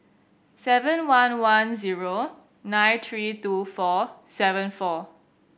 seven one one zero nine three two four seven four